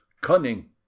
cunning